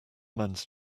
mans